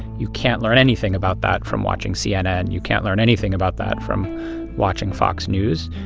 you can't learn anything about that from watching cnn. you can't learn anything about that from watching fox news.